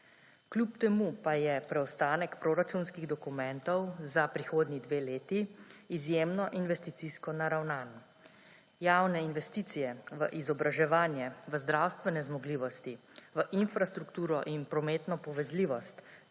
Kljub temu pa je preostanek proračunskih dokumentov za prihodnji dve leti izjemno investicijsko naravnan. Javne investicije v izobraževanje, v zdravstvene zmogljivosti, v infrastrukturo in prometno povezljivost